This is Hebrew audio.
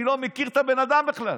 אני לא מכיר את הבן אדם בכלל,